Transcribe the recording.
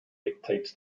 dictates